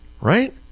right